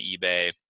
eBay